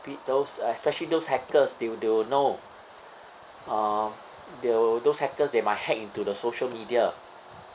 those especially those hackers they will they will know uh they will those hackers they might hack into the social media